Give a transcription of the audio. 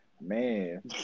Man